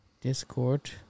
discord